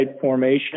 Formation